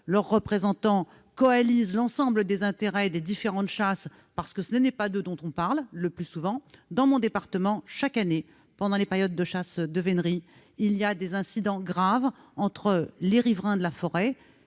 leurs représentants coalisent l'ensemble des intérêts des différentes chasses, parce que, le plus souvent, ce n'est pas de toutes que l'on parle. Dans mon département, chaque année, pendant les périodes de chasse, il y a des incidents graves entre les riverains de la forêt